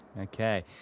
Okay